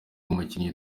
umukinnyi